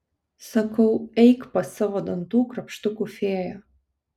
sakau eik pas savo dantų krapštukų fėją